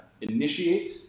Initiate